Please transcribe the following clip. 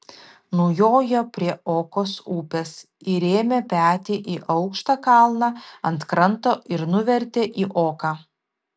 nujojo prie okos upės įrėmė petį į aukštą kalną ant kranto ir nuvertė į oką